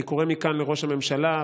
אני קורא מכאן לראש הממשלה,